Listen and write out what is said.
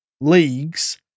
leagues